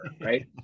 right